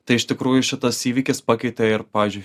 tai iš tikrųjų šitas įvykis pakeitė ir pavyzdžiui